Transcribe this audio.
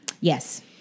Yes